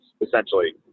essentially